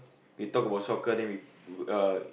we talk about soccer then we uh